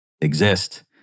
exist